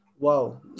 Wow